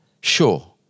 Sure